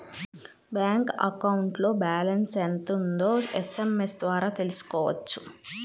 bank అకౌంట్లో balance ఎంత ఉందో ఎస్ఎంఎస్ ద్వారా తెలుసుకోవచ్చు